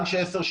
גם של 1066,